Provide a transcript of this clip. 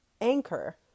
anchor